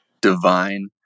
Divine